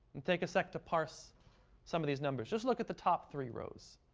and take a sec to parse some of these numbers. just look at the top three rows.